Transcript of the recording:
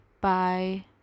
Bye